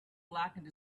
blackened